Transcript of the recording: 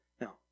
Now